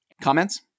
comments